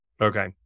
Okay